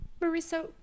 marissa